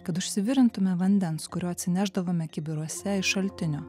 kad užsitikrintumėme vandens kurio atsinešdavome kibiruose iš šaltinio